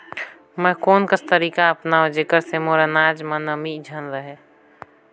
मैं कोन कस तरीका अपनाओं जेकर से मोर अनाज म नमी झन रहे?